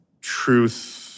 truth